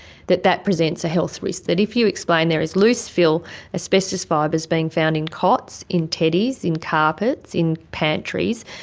that that presents a health risk, that if you explain there is loose fill asbestos fibres being found in cots, in teddies, in carpets, in pantries,